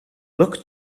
look